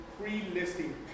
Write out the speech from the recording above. pre-listing